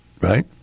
right